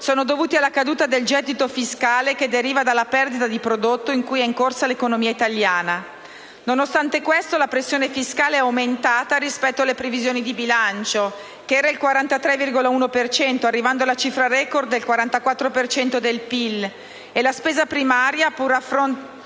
è dovuta alla caduta del gettito fiscale che deriva dalla perdita di prodotto in cui è incorsa l'economia italiana. Nonostante questo, la pressione fiscale è aumentata rispetto alle previsioni di bilancio (43,1 per cento), arrivando alla cifra record del 44 per cento del PIL e la spesa primaria, pur a fronte dei